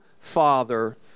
Father